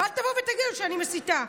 ואל תבואו ותגידו שאני מסיתה.